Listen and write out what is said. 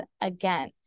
again